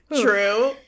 true